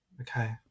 Okay